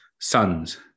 sons